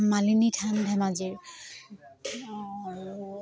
মালিনী থান ধেমাজিৰ আৰু